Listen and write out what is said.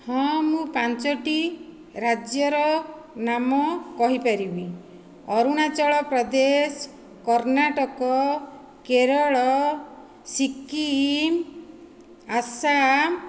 ହଁ ମୁଁ ପାଞ୍ଚୋଟି ରାଜ୍ୟର ନାମ କହିପାରିବି ଅରୁଣାଚଳପ୍ରଦେଶ କର୍ଣ୍ଣାଟକ କେରଳ ସିକିମ ଆସାମ